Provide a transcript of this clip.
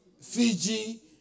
Fiji